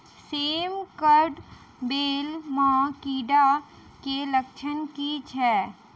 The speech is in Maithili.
सेम कऽ बेल म कीड़ा केँ लक्षण की छै?